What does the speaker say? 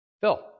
Phil